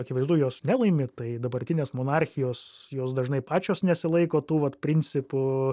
akivaizdu jos nelaimi tai dabartinės monarchijos jos dažnai pačios nesilaiko tų vat principų